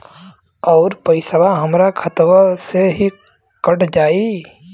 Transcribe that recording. अउर पइसवा हमरा खतवे से ही कट जाई?